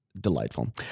Delightful